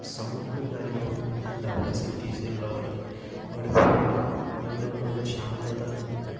സൗണ്ടും കാര്യങ്ങളൊന്നും ഉണ്ടാവില്ല സിറ്റീസില് ഉള്ളതുപോലെ അവിടെ പോയാല് ഞങ്ങൾക്കു വേണ്ട ശാന്തത കിട്ടും